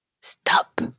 Stop